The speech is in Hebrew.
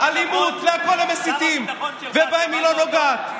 אלימות, להכול הם מסיתים, ובהם היא לא נוגעת.